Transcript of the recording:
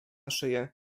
szyję